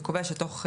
וקובע שתוך,